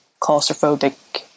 claustrophobic